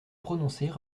prononcer